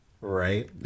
Right